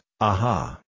Aha